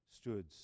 stood